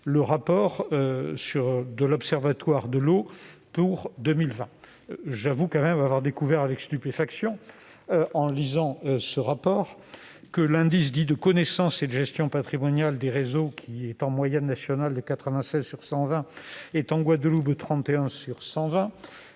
du rapport de l'Observatoire de l'eau pour 2020. J'avoue avoir découvert avec stupéfaction, dans ce document, que l'indice de connaissance et de gestion patrimoniale des réseaux, dont la moyenne nationale est 96 sur 120, n'atteint en Guadeloupe que 31 sur 120,